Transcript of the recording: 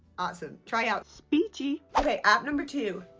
awesome, tryout speechy. okay app number two